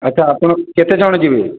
ଆଚ୍ଛା ଆପଣ କେତେ ଜଣ ଯିବେ